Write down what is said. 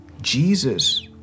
Jesus